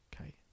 Okay